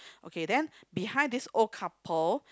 okay then behind this old couple